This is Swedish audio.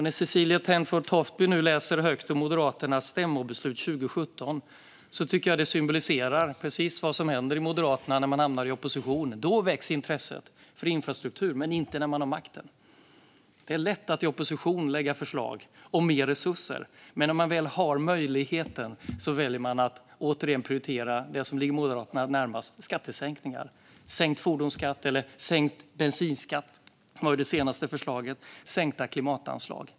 När Cecilie Tenfjord Toftby nu läser högt ur Moderaternas stämmobeslut från 2017 tycker jag att det symboliserar precis vad som händer med Moderaterna när de hamnar i opposition. Då väcks intresset för infrastruktur, men inte när de har makten. Det är lätt att i opposition lägga fram förslag om mer resurser. Men när de väl har möjligheten väljer de återigen att prioritera det som ligger Moderaterna närmast: skattesänkningar. Det handlar om sänkt fordonsskatt eller sänkt bensinskatt, som var det senaste förslaget, och sänkta klimatanslag.